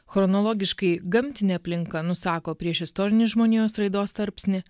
chronologiškai gamtinė aplinka nusako priešistorinį žmonijos raidos tarpsnį